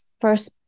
first